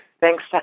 Thanks